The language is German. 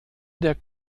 der